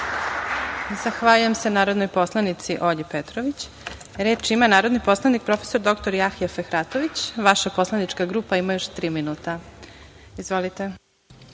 Zahvaljujem se narodnoj poslanici Olji Petrović. Reč ima narodni poslanik prof. dr Jahja Fehratović. Vaša poslanička grupa ima još tri minuta. Izvolite.